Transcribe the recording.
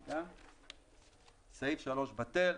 בטל.